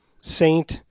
saint